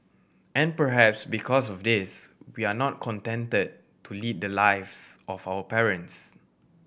and perhaps because of this we are not contented to lead the lives of our parents